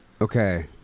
Okay